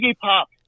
Pop